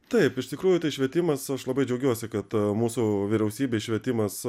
taip iš tikrųjų tai švietimas aš labai džiaugiuosi kad mūsų vyriausybei švietimas